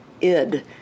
id